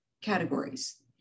categories